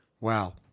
Wow